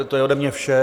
To je ode mě vše.